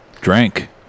drank